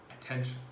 attention